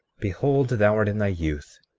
behold, thou art in thy youth,